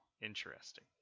Interesting